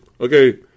Okay